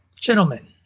Gentlemen